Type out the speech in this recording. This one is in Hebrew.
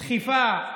דחיפה,